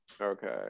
okay